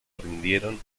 rindieron